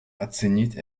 оценить